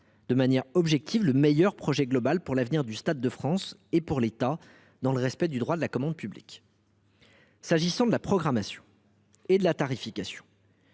de manière objective le meilleur projet global pour l’avenir du Stade de France et pour l’État, dans le respect du droit de la commande publique. S’agissant de la programmation et de la tarification,